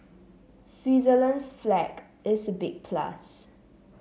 Switzerland's flag is a big plus